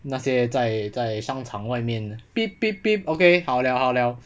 那些在在商场外面 pi-pi-pi okay 好 liao 好 liao